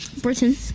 Britain